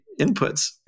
inputs